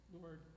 Lord